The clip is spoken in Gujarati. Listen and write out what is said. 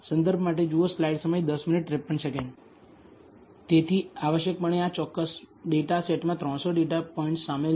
તેથી આવશ્યકપણે આ ચોક્કસ ડેટા સેટમાં 300 ડેટા પોઇન્ટ્સ શામેલ છે